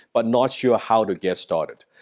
but not sure how to get started.